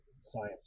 science